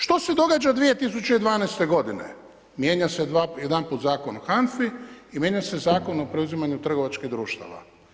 Što se događa 2012. godine? mijenja se jedanput Zakon o HANFA-i i mijenja se Zakon o preuzimanju trgovačkih društava.